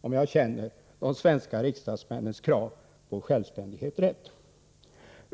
om jag rätt känner de svenska riksdagsmännens krav på självständighet.